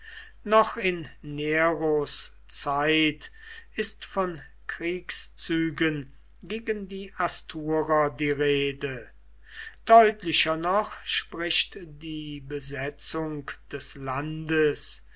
noch in neros zeit ist von kriegszügen gegen die asturer die rede deutlicher noch spricht die besetzung des landes